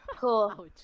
Cool